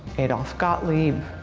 adolph gottlieb,